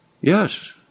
Yes